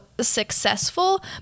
successful